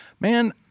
Man